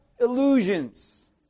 illusions